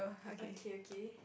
okay okay